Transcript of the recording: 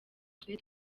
twe